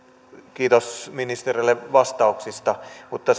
kiitos ministerille vastauksista mutta